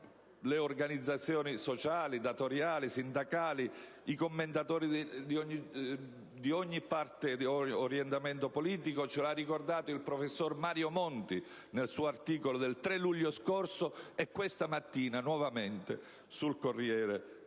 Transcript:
le organizzazioni sociali, datoriali, sindacali, i commentatori di ogni orientamento politico; ce lo ha ricordato il professor Mario Monti in un articolo del 3 luglio scorso e nuovamente questa mattina sul "Corriere